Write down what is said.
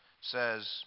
says